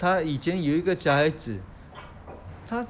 他以前有一个小孩子他